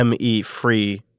ME-free